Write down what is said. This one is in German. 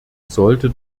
sollte